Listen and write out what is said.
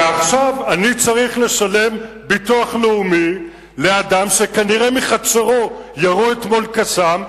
ועכשיו אני צריך לשלם ביטוח לאומי לאדם שכנראה מחצרו ירו אתמול "קסאם",